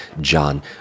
John